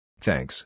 Thanks